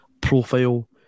profile